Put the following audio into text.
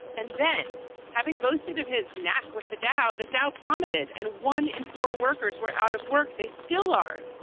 and then having boasted of his knack with the dow. the dow plummeted and one in four workers were out of work. they still are.